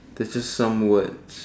it's just some words